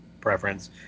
preference